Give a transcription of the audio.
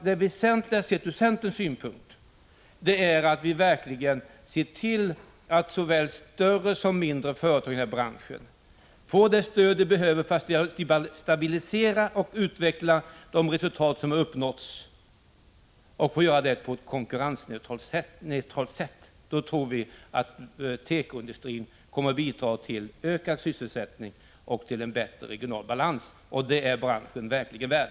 Det väsentliga, sett ur centerns synvinkel, är att vi verkligen ser till att såväl större som mindre företag i denna bransch får det stöd de behöver för att på ett konkurrensneutralt sätt stabilisera och utveckla de resultat som uppnåtts. Då tror vi att tekoindustrin kommer att bidra till ökad sysselsättning och bättre regional balans. Det är branschen verkligen värd.